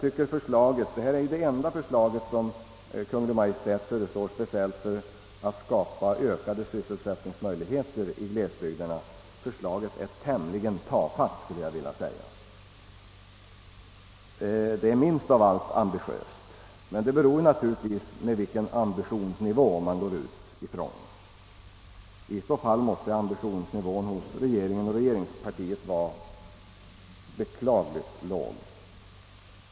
Kungl. Maj:ts enda förslag speciellt för att skapa ökade sysselsättningsmöjligheter i glesbygderna är tämligen tafatt och minst av allt ambitiöst, men det beror naturligtvis på vilken ambitionsnivå man går ut ifrån. I detta fall måste ambitionsnivån hos regeringen och regeringspartiet vara beklagligt låg.